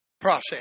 Process